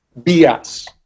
BS